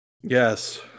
Yes